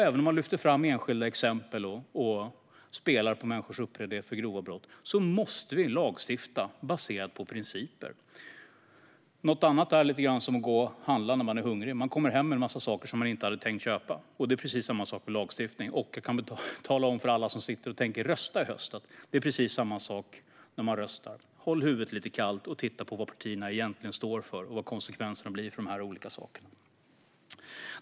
Även om vissa lyfter fram enskilda exempel och spelar på människors upprördhet över grova brott måste vi lagstifta baserat på principer. Något annat är lite grann som att gå och handla när man är hungrig: Man kommer hem med en massa saker som man inte hade tänkt köpa. Det är precis samma sak med lagstiftning, och jag kan tala om för alla som tänker rösta i höst att det är precis samma sak när man röstar. Håll huvudet kallt, och titta på vad partierna egentligen står för och vad konsekvenserna blir av olika saker!